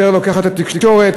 יותר לוקחת את התקשורת,